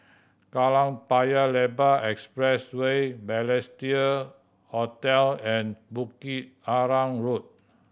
Kallang Paya Lebar Expressway Balestier Hotel and Bukit Arang Road